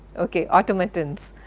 ok, automatants.